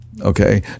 Okay